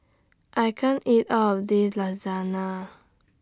I can't eat All of This Lasagna